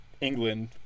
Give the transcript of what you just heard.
England